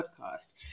podcast